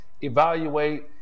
evaluate